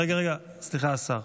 רגע, רגע, סליחה, השר.